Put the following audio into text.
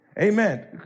Amen